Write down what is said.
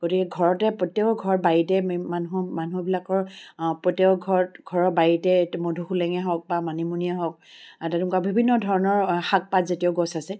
গতিকে ঘৰতে প্ৰত্যেকৰ ঘৰত বাৰীতে মানুহ মানুহবিলাকৰ প্ৰত্যেকৰ ঘৰত ঘৰৰ বাৰীতে মধুসোলেঙেই হওক বা মানিমুনিয়ে হওক তেনেকুৱা বিভিন্ন ধৰণৰ শাক পাতজাতীয় গছ আছে